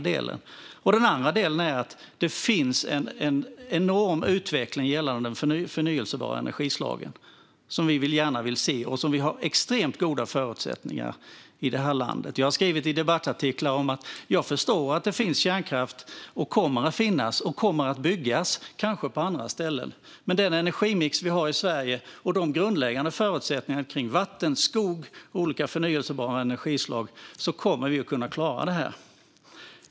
Den andra är att det sker en enorm utveckling gällande de förnybara energislagen som vi gärna vill se och där vi har extremt goda förutsättningar i detta land. Jag har skrivit i debattartiklar om att jag förstår att det kanske finns och kommer att finnas och byggas kärnkraft på andra ställen, men med den energimix vi har i Sverige och de grundläggande förutsättningarna för vatten, skog och olika förnybara energislag kommer vi att kunna klara detta.